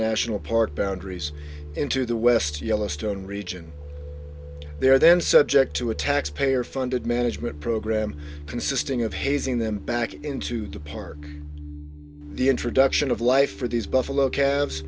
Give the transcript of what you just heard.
national park boundaries into the west yellowstone region they are then subject to a taxpayer funded management program consisting of his ing them back into the park the introduction of life for these buffalo ca